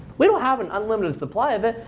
we don't have an unlimited supply of it.